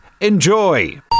Enjoy